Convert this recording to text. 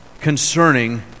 concerning